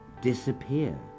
disappear